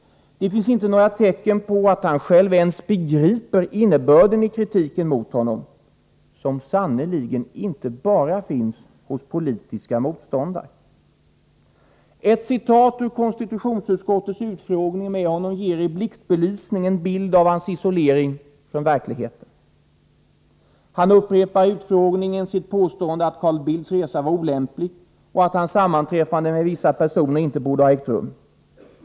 Det finns inte några tecken på att han själv ens begriper innebörden i kritiken mot honom, som sannerligen inte kommer bara från politiska motståndare. Ett citat ur protokollet från konstitutionsutskottets utfrågning med statsministern ger i blixtbelysning en klar bild av hans isolering från verkligheten. Han upprepar vid utfrågningen sitt påstående att Carl Bildts resa var olämplig och att hans sammanträffanden med vissa personer inte borde ha ägt rum.